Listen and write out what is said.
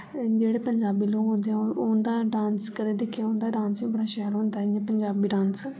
जेह्ड़े पंजाबी लोक होंदे उंदा डांस कदे दिक्खेयो उंदा डांस सच्चे बड़ा शैल होंदा इ'यां पंजाबी डांस